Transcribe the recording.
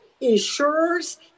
insurers